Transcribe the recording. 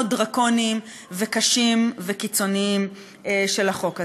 דרקוניים וקשים וקיצוניים של החוק הזה.